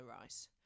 rice